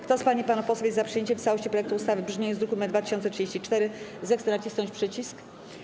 Kto z pań i panów posłów jest za przyjęciem w całości projektu ustawy w brzmieniu z druku nr 2034, zechce nacisnąć przycisk.